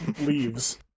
leaves